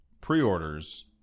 pre-orders